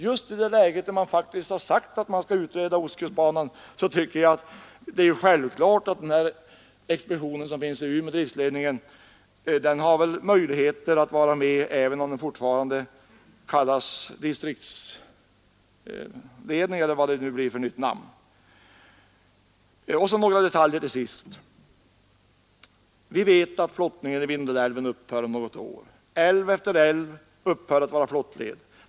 Just i det läget, när man faktiskt har sagt att man skall utreda ostkustbanan, är det självklart att driftsledningen i Umeå bör ha möjlighet att vara med, vare sig den kallas distriktsledning eller får något annat nytt namn. Så till sist några detaljer! Vi vet att flottningen i Vindelälven upphör om något år. Älv efter älv upphör att vara flottled.